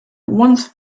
once